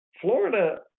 Florida